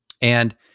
And-